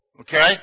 Okay